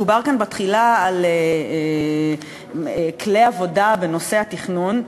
דובר כאן בתחילה על כלי עבודה בנושא התכנון,